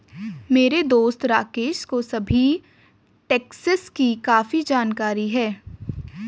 मेरे दोस्त राकेश को सभी टैक्सेस की काफी जानकारी है